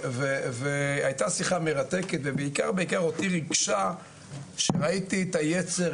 הייתה שיחה מרתקת ובעיקר אותי ריגשה שראיתי את היצר,